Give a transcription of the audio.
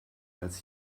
als